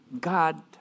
God